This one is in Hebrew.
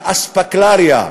כאספקלריה,